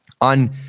on